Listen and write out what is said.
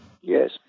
Yes